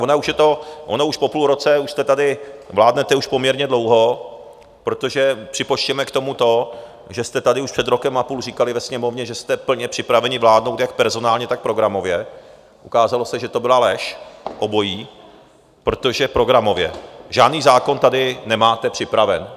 Ono už je to, ono už po půl roce, jste už tady, vládnete už poměrně dlouho, protože připočtěme k tomu to, že jste tady už před rokem a půl říkali ve Sněmovně, že jste plně připraveni vládnout jak personálně, tak programově, ukázalo se, že to byla lež, obojí, protože programově žádný zákon tady nemáte připraven.